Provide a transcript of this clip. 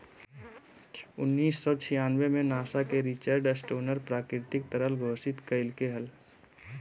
उन्नीस सौ छियानबे में नासा के रिचर्ड स्टोनर प्राकृतिक तरल घोषित कइलके हल